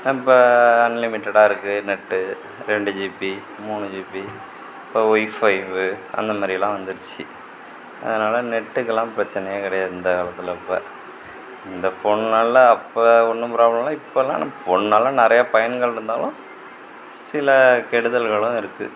இப்போ அன்லிமிட்டடாக இருக்கு நெட்டு ரெண்டு ஜிபி மூணு ஜிபி இப்போ ஒய்ஃபைவ் அந்த மாதிரியெல்லாம் வந்துருச்சு அதனால் நெட்டுக்கெல்லாம் பிரச்சனையே கிடையாது இந்த காலத்தில் இப்போ இந்த ஃபோன்னால் அப்போ ஒன்றும் ப்ராப்ளம் இல்லை இப்போல்லா நம் ஃபோன்னால் நிறைய பயன்கள் இருந்தாலும் சில கெடுதல்களும் இருக்குது